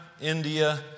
India